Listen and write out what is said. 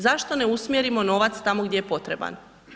Zašto ne usmjerimo novac tamo gdje je potreban?